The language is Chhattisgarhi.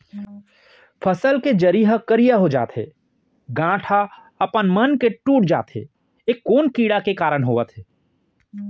फसल के जरी ह करिया हो जाथे, गांठ ह अपनमन के टूट जाथे ए कोन कीड़ा के कारण होवत हे?